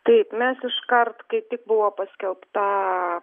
taip mes iškart kai tik buvo paskelbta